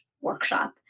Workshop